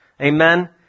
Amen